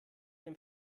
dem